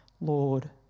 Lord